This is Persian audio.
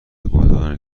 گلدانی